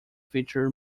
featured